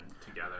together